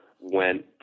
went